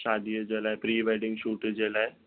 शादीअ जे लाइ प्री वेडिंग जे शूट जे लाइ